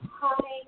Hi